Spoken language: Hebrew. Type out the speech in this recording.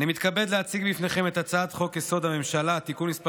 אני מתכבד להציג בפניכם את הצעת חוק-יסוד: הממשלה (תיקון מס'